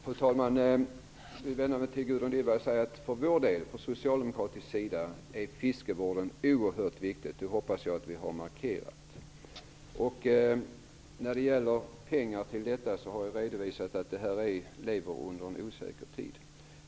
Fru talman! Jag vill vända mig till Gudrun Lindvall och säga att för socialdemokratisk del är fiskevården oerhört viktig. Det hoppas jag att vi har markerat. När det gäller pengar till detta område har jag redovisat att vi lever under en osäker tid.